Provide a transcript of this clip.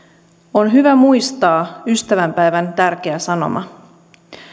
on hyvä muistaa ystävänpäivän tärkeä sanoma